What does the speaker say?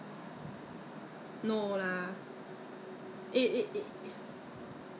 yeah that's true 我很久没有用了 leh face mask I think I should go and put just apply